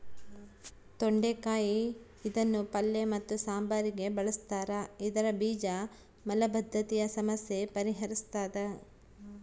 ತೊಂಡೆಕಾಯಿ ಇದನ್ನು ಪಲ್ಯ ಮತ್ತು ಸಾಂಬಾರಿಗೆ ಬಳುಸ್ತಾರ ಇದರ ಬೀಜ ಮಲಬದ್ಧತೆಯ ಸಮಸ್ಯೆ ಪರಿಹರಿಸ್ತಾದ